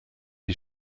die